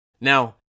Now